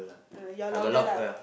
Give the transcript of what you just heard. err you're louder lah